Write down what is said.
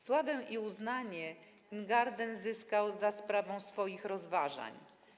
Sławę i uznanie Ingarden zyskał za sprawą swoich rozważań.